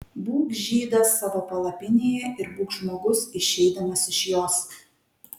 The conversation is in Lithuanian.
būk žydas savo palapinėje ir būk žmogus išeidamas iš jos